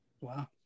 Wow